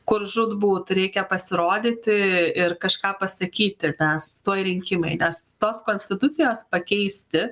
kur žūtbūt reikia pasirodyti ir kažką pasakyti nes tuoj rinkimai nes tos konstitucijos pakeisti